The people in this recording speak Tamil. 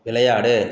விளையாடு